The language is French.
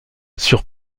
sur